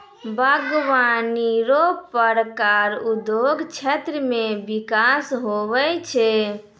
बागवानी रो प्रकार उद्योग क्षेत्र मे बिकास हुवै छै